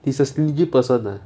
he's a stingy person ah